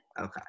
Okay